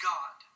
God